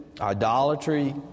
idolatry